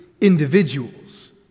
individuals